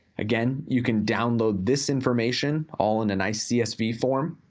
again, you can download this information, all in a nice csv form.